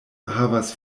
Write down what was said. havas